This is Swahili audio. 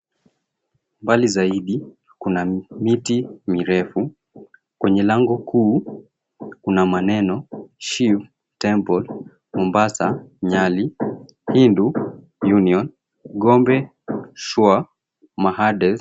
Mbali zaidi kuna miti mirefu. Kwenye lango kuu una maneno, Shiv Temple Mombasa Nyali, Hindu Union, Gombeshwar Mahadev.